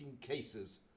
cases